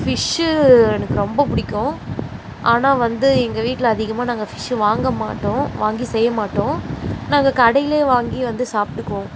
fish எனக்கு ரொம்ப பிடிக்கும் ஆனால் வந்து எங்கள் வீட்டில் அதிகமாக நாங்கள் ஃபிஷ்ஷு வாங்க மாட்டோம் வாங்கி செய்ய மாட்டோம் நாங்கள் கடையிலேயே வாங்கி வந்து சாப்பிட்டுக்குவோம்